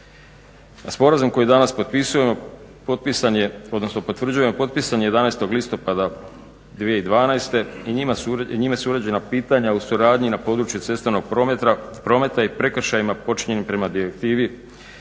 sporazum koji danas potvrđujemo potpisan je 11.listopada 2012.i njime su uređena pitanja o suradnji na području cestovnog prometa i prekršajima počinjenim prema Direktivi